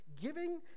giving